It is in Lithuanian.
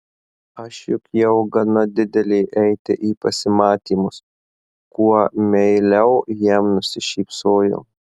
aš juk jau gana didelė eiti į pasimatymus kuo meiliau jam nusišypsojau